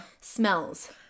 smells